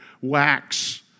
wax